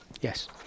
Yes